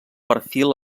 perfil